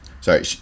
sorry